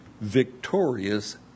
victorious